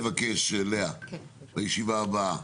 אני כבר מבקש, לאה, בישיבה הבאה